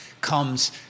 comes